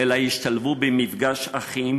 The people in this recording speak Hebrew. אלא ישתלבו במפגש אחים,